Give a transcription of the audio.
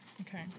Okay